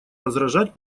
возражать